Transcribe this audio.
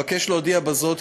אבקש להודיע בזאת,